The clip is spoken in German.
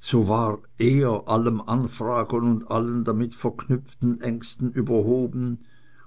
so war er allem anfragen und allen damit verknüpften ängsten überhoben